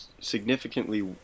significantly